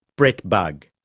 brett bugg.